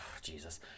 Jesus